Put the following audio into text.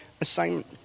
assignment